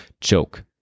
choke